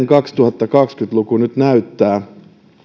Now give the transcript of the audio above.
kaksituhattakaksikymmentä luku nyt näyttää